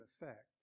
effect